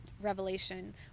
revelation